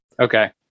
Okay